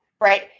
right